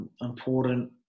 Important